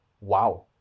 wow